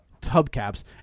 tubcaps